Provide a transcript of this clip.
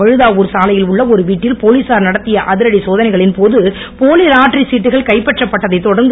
வழுதாவூர் சாலையில் உள்ள ஒரு வீட்டில் போலீசார் நடத்திய அதிரடி சோதனைகளின் போது போலி லாட்டரி சீட்டுகள் கைப்பற்றப் பட்டதைத் தொடர்ந்து